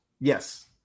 yes